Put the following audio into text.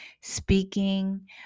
speaking